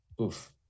oof